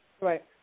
Right